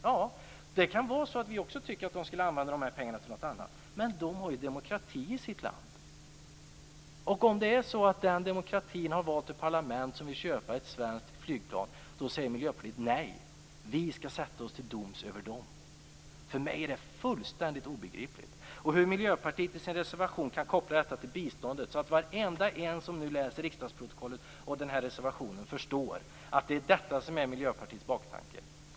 Ja, det kan vara så att vi också tycker att de skall använda pengarna till något annat. Men de har demokrati i sitt land. När den demokratin har valt ett parlament som vill köpa ett svenskt flygplan, säger Miljöpartiet nej. Miljöpartiet vill att vi skall sätta oss till doms över dem. För mig är detta fullständigt obegripligt. Miljöpartiet kopplar detta i sin reservation till biståndet. Varenda en som läser riksdagsprotokollet och reservationen förstår att det är detta som är Miljöpartiets baktanke.